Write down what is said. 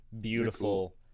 beautiful